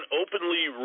openly